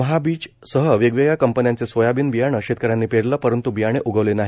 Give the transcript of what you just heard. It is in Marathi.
महाबिजसह वेगवेगळ्या कंपन्यांचे सोयाबीन बियाणे शेतकऱ्यांनी पेरले परंतू बियाणे उगवले नाही